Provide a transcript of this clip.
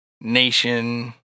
nation